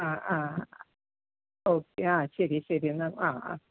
ആ ആ ഓക്കെ ആ ശരി ശരി എന്നാൽ ആ ആ